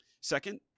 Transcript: second